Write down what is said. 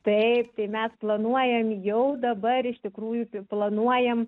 taip tai mes planuojam jau dabar iš tikrųjų pi planuojam